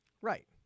Right